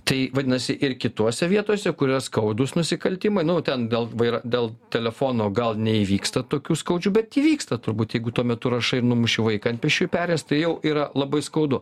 tai vadinasi ir kitose vietose kur yra skaudūs nusikaltimai nu ten dėl yra dėl telefono gal neįvyksta tokių skaudžių bet įvyksta turbūt jeigu tuo metu rašai numuši vaiką ant pėsčiųjų perėjos tai jau yra labai skaudu